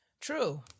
true